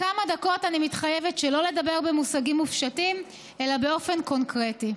לכמה דקות אני מתחייבת שלא לדבר במושגים מופשטים אלא באופן קונקרטי.